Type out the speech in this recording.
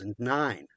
2009